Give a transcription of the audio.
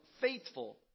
faithful